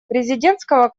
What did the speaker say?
президентского